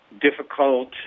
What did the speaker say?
difficult